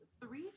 three